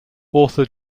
author